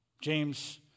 James